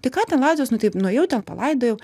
tai ką ten laidovės nu taip nuėjau ten palaidojau